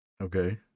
Okay